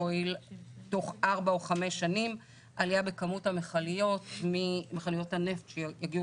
תוך ארבע או חמש שנים עלייה בכמות המכליות ממכליות הנפט שיגיעו